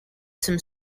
some